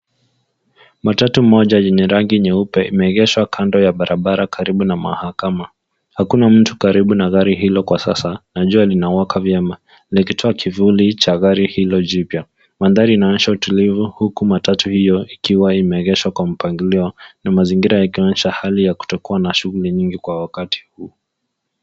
Matatu moja yenye rangi nyeupe imeegeshwa kando ya barabara karibu na mahakama. Hakuna mtu karibu na gari hilo kwa sasa na jua linawaka vyema ikitoa kivuli cha gari hilo jipya. Mandhari inaonyesha utulivu huku matatu hiyo ikiwa imeegeshwa kwa mpangilio na mzingira yakionyesha hali ya kutokuwa na shughuli nyingi kwa wakati huu.